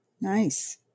Nice